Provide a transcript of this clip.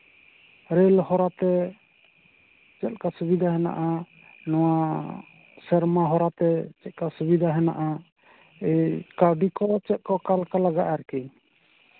rail ᱦᱚᱨᱟᱛᱮ ᱪᱮᱫ ᱞᱮᱠᱟ ᱥᱩᱵᱤᱫᱷᱟ ᱢᱮᱱᱟᱜᱼᱟ ᱱᱚᱣᱟ ᱥᱮᱨᱢᱟ ᱦᱚᱨᱟᱛᱮ ᱪᱮᱫᱠᱟ ᱥᱩᱵᱤᱫᱷᱟ ᱢᱮᱱᱟᱜᱼᱟ ᱮᱭ ᱠᱟᱹᱣᱰᱤ ᱠᱚ ᱚᱠᱟ ᱞᱮᱠᱟ ᱞᱟᱜᱟᱜᱼᱟ ᱟᱨᱠᱤ